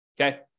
okay